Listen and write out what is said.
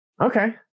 Okay